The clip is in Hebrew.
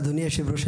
אדוני יושב הראש,